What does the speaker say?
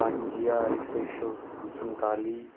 पंज ज्हार छे सौ संताली